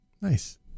nice